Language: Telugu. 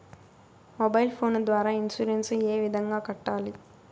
మొబైల్ ఫోను ద్వారా ఇన్సూరెన్సు ఏ విధంగా కట్టాలి